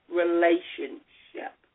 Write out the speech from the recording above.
relationship